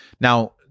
Now